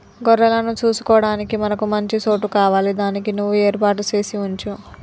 గొర్రెలను సూసుకొడానికి మనకి మంచి సోటు కావాలి దానికి నువ్వు ఏర్పాటు సేసి వుంచు